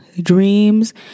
Dreams